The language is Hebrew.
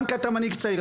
גם כי אתה מנהיג צעיר.